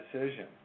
decision